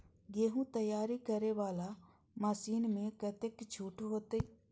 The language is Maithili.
गेहूं तैयारी करे वाला मशीन में कतेक छूट होते?